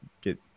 get